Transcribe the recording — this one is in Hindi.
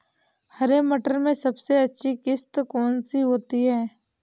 हरे मटर में सबसे अच्छी किश्त कौन सी होती है?